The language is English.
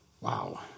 Wow